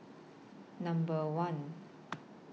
Number one